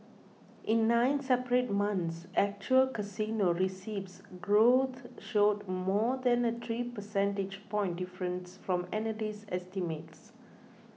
in nine separate months actual casino receipts growth showed more than a three percentage point difference from analyst estimates